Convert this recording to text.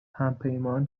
همپیمان